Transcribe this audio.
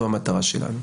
זו המטרה שלנו.